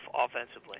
offensively